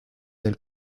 del